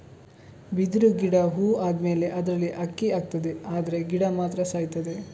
ಬಿದಿರು ಗಿಡ ಹೂ ಆದ್ಮೇಲೆ ಅದ್ರಲ್ಲಿ ಅಕ್ಕಿ ಆಗ್ತದೆ ಆದ್ರೆ ಗಿಡ ಮಾತ್ರ ಸಾಯ್ತದೆ